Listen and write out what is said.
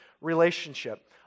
relationship